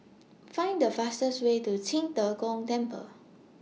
Find The fastest Way to Qing De Gong Temple